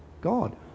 God